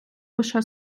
лише